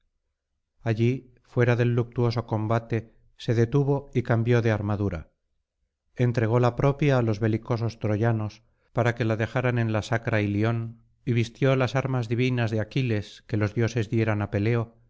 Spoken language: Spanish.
allí fuera del luctuoso combate se detuvo y cambió de armadura entregó la propia á los belicosos troyanos para que la dejaran en la sacra ilion y vistió las armas divinas de aquiles que los dioses dieran á peleo